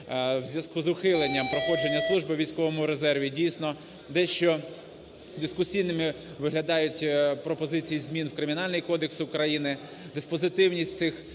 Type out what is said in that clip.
дискусійними виглядають пропозиції змін в Кримінальний кодекс України, диспозитивність цих